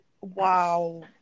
Wow